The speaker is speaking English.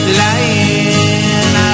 lying